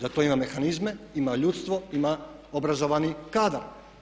Za to ima mehanizme, ima ljudstvo, ima obrazovani kadar.